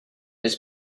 his